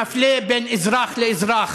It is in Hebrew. המפלה בין אזרח לאזרח?